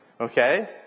Okay